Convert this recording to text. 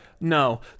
No